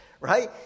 right